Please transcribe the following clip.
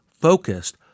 focused